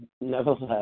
Nevertheless